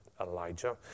Elijah